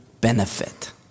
benefit